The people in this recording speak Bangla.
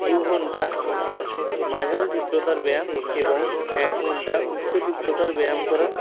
দুঘন্টা মাঝারে তীব্রতার ব্যায়াম এবং এক ঘন্টা উচ্চ তীব্রতার ব্যায়াম করা